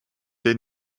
der